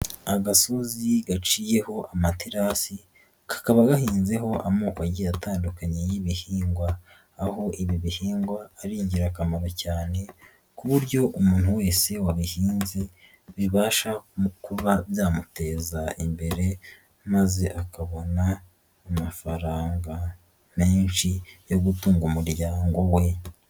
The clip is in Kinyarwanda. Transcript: Agasozi gaciyeho amaterasi kakaba gahinzeho amoko agiye atandukanye y'ibihingwa. Aho ibi bihingwa ari ingirakamaro cyane ku buryo umuntu wese wabihinze, bibasha mu kuba byamuteza imbere, maze akabona amafaranga menshi yo gutunga umuryango we.